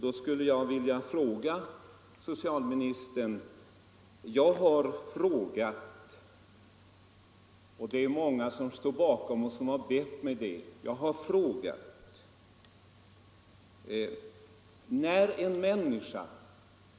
Då skulle jag vilja säga att många som står bakom mig har bett mig att ställa denna fråga till socialministern.